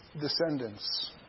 descendants